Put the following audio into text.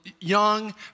young